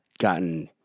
gotten